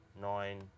nine